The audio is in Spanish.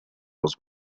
los